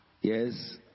Yes